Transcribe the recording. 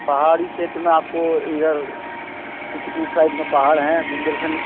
पहाड़ी क्षेत्र में आपको इधर चित्रकूट साइड में पहाड़ हैं बुंदेलखंड